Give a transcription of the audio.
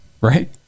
right